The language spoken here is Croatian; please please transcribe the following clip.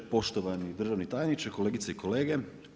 Poštovani državni tajniče, kolegice i kolege.